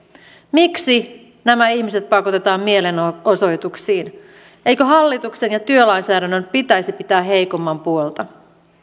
miksi nämä ihmiset pakotetaan mielenosoituksiin eikö hallituksen ja työlainsäädännön pitäisi pitää heikomman puolta